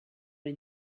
les